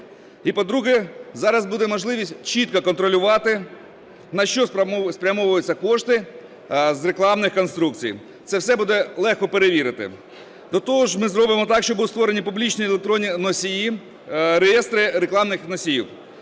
І по-друге, зараз буде можливість чітко контролювати, на що спрямовуються кошти з рекламних конструкцій. Це все буде легко перевірити. До того ж, ми зробимо так, щоб були створені публічні електронні носії, реєстри рекламних носіїв.